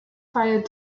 fire